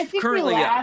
currently